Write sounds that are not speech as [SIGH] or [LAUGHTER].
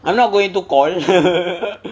I'm not going to call [LAUGHS]